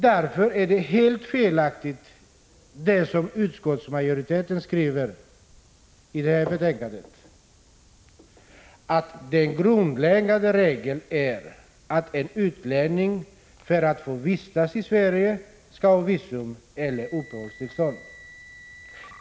Därför är det som utskottsmajoriteten skriver i det här betänkandet helt felaktigt, nämligen att den grundläggande regeln är att en utlänning för att få vistas i Sverige skall ha visum eller uppehållstillstånd.